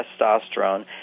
testosterone